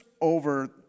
over